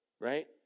right